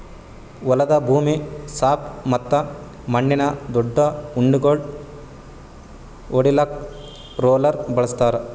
ಹೊಲದ ಭೂಮಿ ಸಾಪ್ ಮತ್ತ ಮಣ್ಣಿನ ದೊಡ್ಡು ಉಂಡಿಗೋಳು ಒಡಿಲಾಕ್ ರೋಲರ್ ಬಳಸ್ತಾರ್